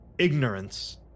ignorance